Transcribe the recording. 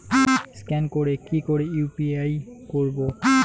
Scan করে কি করে ইউ.পি.আই করবো?